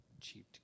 cheap